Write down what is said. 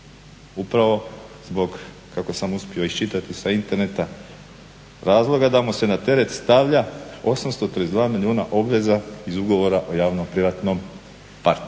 Upravo zbog, kako sam uspio iščitati sa interneta razloga, da mu se na teret stavlja 832 milijuna obaveza iz ugovora o javno-privatno partnerstvo.